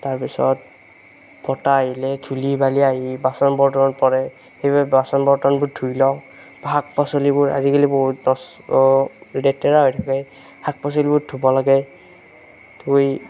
তাৰপিছত বতাহ আহিলে ধূলি বালি আহি বাচন বৰ্তনত পৰে সেইবাবে বাচন বৰ্তনবোৰ ধুই লওঁ শাক পাচলিবোৰ আজিকালি বহুত লেতেৰা হৈ থাকে শাক পাচলিবোৰ ধুব লাগে ধুই